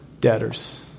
debtors